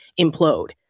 implode